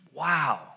wow